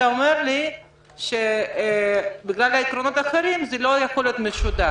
אתה אומר לי שבגלל עקרונות אחרים זה לא יכול להיות משודר.